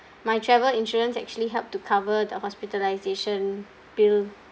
my travel insurance actually helped to cover the hospitalisation bill